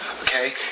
okay